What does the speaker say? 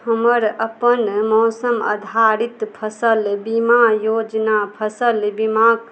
हमर अपन मौसम आधारित फसिल बीमा योजना फसिल बीमाक